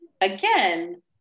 again